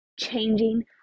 changing